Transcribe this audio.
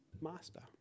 master